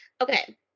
Okay